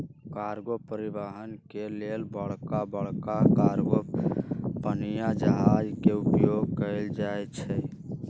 cargo परिवहन के लेल बड़का बड़का कार्गो पनिया जहाज के उपयोग कएल जाइ छइ